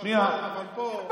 בסדר, אבל פה, שנייה.